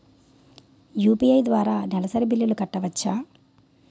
UPI ద్వారా నెలసరి బిల్లులు కట్టవచ్చా?